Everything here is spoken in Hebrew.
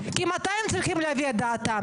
כי מתי הם צריכים להביע את דעתם?